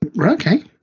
Okay